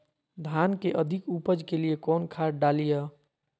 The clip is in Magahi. धान के अधिक उपज के लिए कौन खाद डालिय?